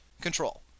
control